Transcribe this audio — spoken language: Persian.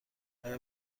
آیا